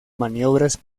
maniobras